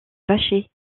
vacher